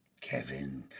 Kevin